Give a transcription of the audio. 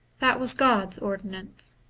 that was god's ordinance.